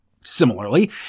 Similarly